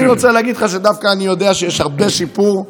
אני רוצה להגיד לך שאני דווקא יודע שיש הרבה שיפור.